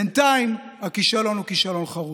בינתיים הכישלון הוא כישלון חרוץ.